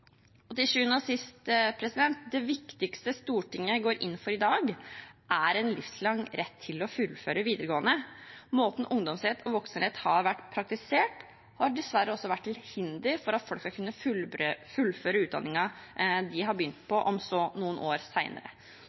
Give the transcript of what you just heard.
Til sjuende og sist: Det viktigste Stortinget går inn for i dag, er en livslang rett til å fullføre videregående. Måten ungdomsrett og voksenrett har vært praktisert på, har dessverre også vært til hinder for at folk skal kunne fullføre utdanningen de har begynt på, om så noen år